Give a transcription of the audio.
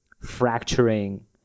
fracturing